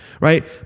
right